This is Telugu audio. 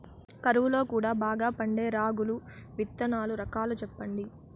కరువు లో కూడా బాగా పండే రాగులు విత్తనాలు రకాలు చెప్పండి?